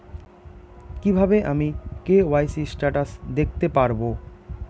কিভাবে আমি KYC status দেখতে পারবো?